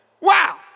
Wow